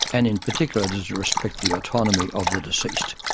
and in particular does it respect the autonomy of the deceased?